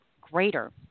greater